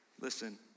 Listen